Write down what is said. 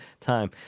time